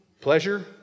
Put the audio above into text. pleasure